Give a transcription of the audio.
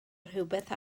rhywbeth